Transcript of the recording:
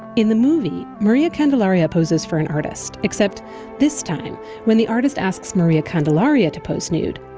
in the movie, maria candelaria poses for an artist, except this time when the artist asks maria candelaria to pose nude,